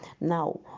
now